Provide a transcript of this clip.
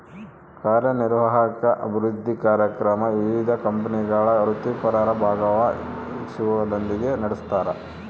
ಕಾರ್ಯನಿರ್ವಾಹಕ ಅಭಿವೃದ್ಧಿ ಕಾರ್ಯಕ್ರಮ ವಿವಿಧ ಕಂಪನಿಗಳ ವೃತ್ತಿಪರರ ಭಾಗವಹಿಸುವಿಕೆಯೊಂದಿಗೆ ನಡೆಸ್ತಾರ